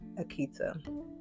Akita